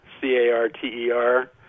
C-A-R-T-E-R